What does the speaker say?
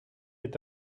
est